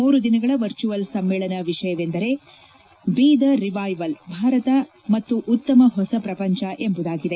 ಮೂರು ದಿನಗಳ ವರ್ಚುವಲ್ ಸಮ್ಮೇಳನದ ವಿಷಯವೆಂದರೆ ಬಿ ರಿವ್ವೆವಲ್ ಭಾರತ ಮತ್ತು ಉತ್ತಮ ಹೊಸ ಪ್ರಪಂಚ ಎಂಬುದಾಗಿದೆ